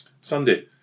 Sunday